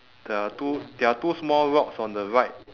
there are two there are two small rocks on the right